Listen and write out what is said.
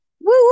woo